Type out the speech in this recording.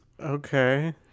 Okay